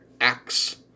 axe